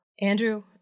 Andrew